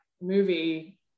movie